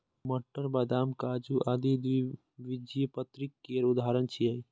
मटर, बदाम, काजू आदि द्विबीजपत्री केर उदाहरण छियै